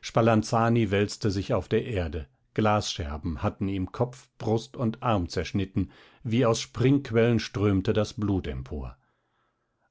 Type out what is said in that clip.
spalanzani wälzte sich auf der erde glasscherben hatten ihm kopf brust und arm zerschnitten wie aus springquellen strömte das blut empor